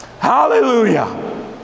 Hallelujah